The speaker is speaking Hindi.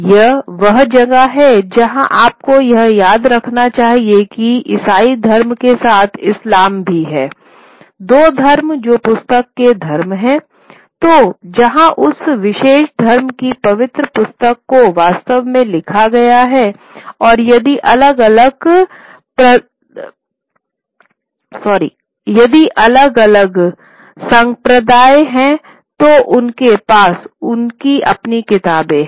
यह वह जगह है जहाँ आपको यह याद रखना चाहिए कि ईसाई धर्म के साथ इस्लाम भी हैं दो धर्म जो पुस्तक के धर्म हैं तो जहां उस विशेष धर्म की पवित्र पुस्तक को वास्तव में लिखा गया है और यदि अलग अलग संप्रदाय हैं तो उनके पास उनकी अपनी किताबें हैं